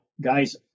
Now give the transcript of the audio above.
guys